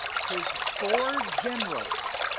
his four generals